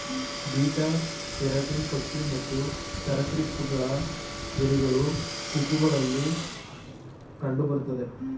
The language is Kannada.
ಬೀಟಾ ಕೆರಟಿನ್ ಪಕ್ಷಿ ಮತ್ತು ಸರಿಸೃಪಗಳ ಗರಿಗಳು, ಕೊಕ್ಕುಗಳಲ್ಲಿ ಕಂಡುಬರುತ್ತೆ